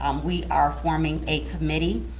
um we are forming a committee.